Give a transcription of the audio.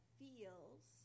feels